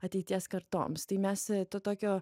ateities kartoms tai mes to tokio